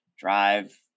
drive